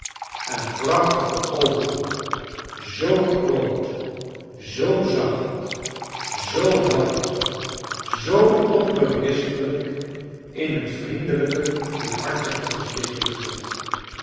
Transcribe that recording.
en prachtige oogen zoo groot zoo zacht zoo helder zoo onberispelijk in het vriendelijke goedhartige gezichtje gezet